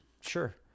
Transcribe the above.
Sure